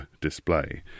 display